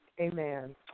Amen